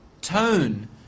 tone